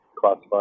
classified